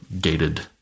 gated